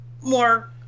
more